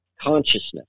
consciousness